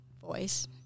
voice